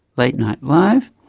late night live,